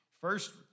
First